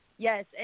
Yes